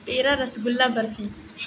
پیڑا rasgulla barfi